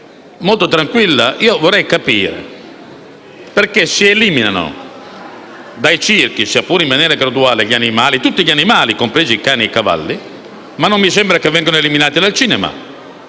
molto tranquilla, vorrei capire perché si eliminano dai circhi, sia pure in maniera graduale, tutti gli animali (compresi i cani e i cavalli), ma non mi sembra che essi vengano eliminati dal cinema